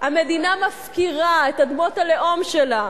המדינה מפקירה את אדמות הלאום שלה,